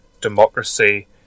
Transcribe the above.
democracy